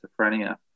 schizophrenia